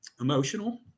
emotional